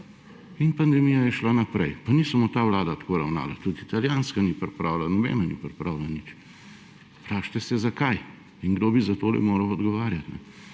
in pandemija je šla naprej. Pa ni samo ta vlada tako ravnala, tudi italijanska ni pripravila, nobena ni pripravila nič. Vprašajte se, zakaj in kdo bi za tole moral odgovarjati.